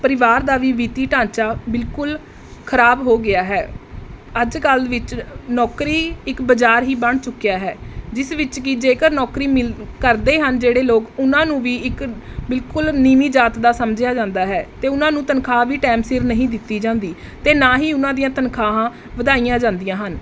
ਪਰਿਵਾਰ ਦਾ ਵੀ ਵਿੱਤੀ ਢਾਂਚਾ ਬਿਲਕੁਲ ਖਰਾਬ ਹੋ ਗਿਆ ਹੈ ਅੱਜ ਕੱਲ੍ਹ ਵਿੱਚ ਨੌਕਰੀ ਇੱਕ ਬਾਜ਼ਾਰ ਹੀ ਬਣ ਚੁੱਕਿਆ ਹੈ ਜਿਸ ਵਿੱਚ ਕਿ ਜੇਕਰ ਨੌਕਰੀ ਮਿਲ ਕਰਦੇ ਹਨ ਜਿਹੜੇ ਲੋਕ ਉਹਨਾਂ ਨੂੰ ਵੀ ਇੱਕ ਬਿਲਕੁਲ ਨੀਵੀਂ ਜਾਤ ਦਾ ਸਮਝਿਆ ਜਾਂਦਾ ਹੈ ਅਤੇ ਉਹਨਾਂ ਨੂੰ ਤਨਖਾਹ ਵੀ ਟੈਮ ਸਿਰ ਨਹੀਂ ਦਿੱਤੀ ਜਾਂਦੀ ਅਤੇ ਨਾ ਹੀ ਉਹਨਾਂ ਦੀਆਂ ਤਨਖਾਹਾਂ ਵਧਾਈਆਂ ਜਾਂਦੀਆਂ ਹਨ